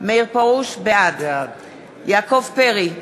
בעד יעקב פרי,